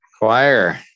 Choir